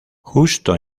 justo